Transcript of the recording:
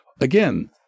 again